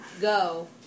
go